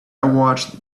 watched